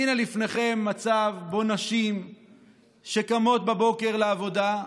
הינה, לפניכן מצב שבו נשים שקמות בבוקר לעבודה,